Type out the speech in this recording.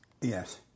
Yes